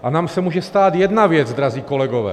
A nám se může stát jedna věc, drazí kolegové.